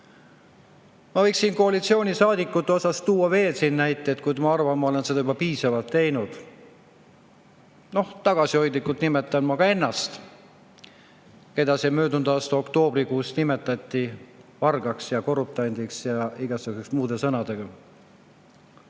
Ma võiksin koalitsioonisaadikute kohta tuua veel näiteid, kuid ma arvan, et ma olen seda juba piisavalt teinud. Tagasihoidlikult nimetan ma ka ennast, keda möödunud aasta oktoobrikuus nimetati vargaks ja korruptandiks ja igasuguste muude sõnadega.